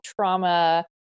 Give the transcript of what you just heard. trauma